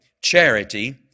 charity